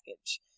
package